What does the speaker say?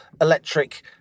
electric